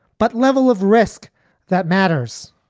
but level of risk that matters.